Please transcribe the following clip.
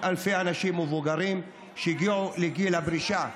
אלפי אנשים מבוגרים שהגיעו לגיל הפרישה.